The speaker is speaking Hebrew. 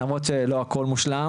למרות שלא הכל מושלם,